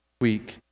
week